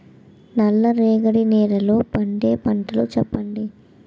నల్ల రేగడి నెలలో పండే పంటలు చెప్పండి?